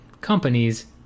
companies